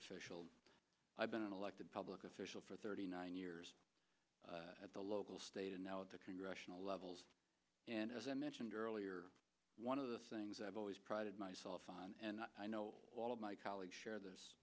official i've been an elected public official for thirty nine years at the local state and now at the congressional levels and as i mentioned earlier one of the things i've always prided myself on and i know a lot of my colleagues share this